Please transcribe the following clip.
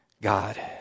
God